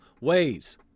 ways